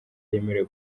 yemerewe